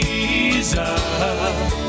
Jesus